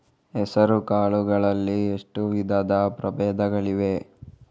ಹೆಸರುಕಾಳು ಗಳಲ್ಲಿ ಎಷ್ಟು ವಿಧದ ಪ್ರಬೇಧಗಳಿವೆ?